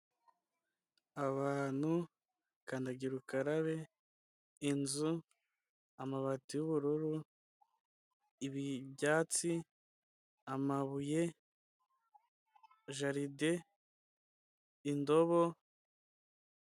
Abantu, kandagira ukarabe, inzu, amabati y'ubururu, byatsi, amabuye, jaride, indobo.